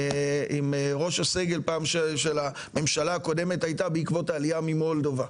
עם ראש הסגל פעם של הממשלה הקודמת הייתה בעקבות העלייה ממולדובה,